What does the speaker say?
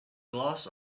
gloss